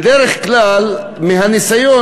בדרך כלל האדם לומד מהניסיון,